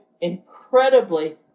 incredibly